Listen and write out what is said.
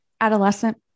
adolescent